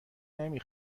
نمی